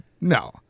no